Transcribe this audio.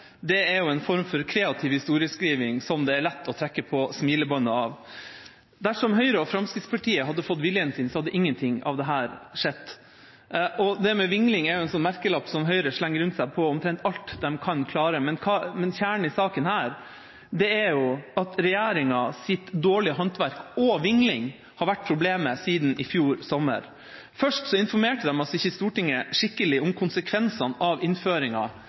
det er lett å trekke på smilebåndet av. Dersom Høyre og Fremskrittspartiet hadde fått viljen sin, hadde ingenting av dette skjedd. Det med vingling er en merkelapp som Høyre slenger rundt seg på omtrent alt de kan klare, men kjernen i denne saken er at regjeringas dårlige håndverk og vingling har vært problemet siden i fjor sommer. Først informerte de ikke Stortinget skikkelig om konsekvensene av